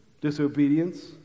disobedience